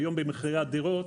היום במחירי הדירות,